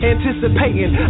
Anticipating